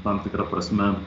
tam tikra prasme